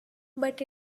but